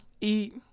eat